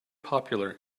popular